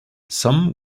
some